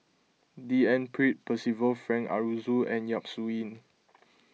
D N Pritt Percival Frank Aroozoo and Yap Su Yin